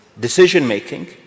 decision-making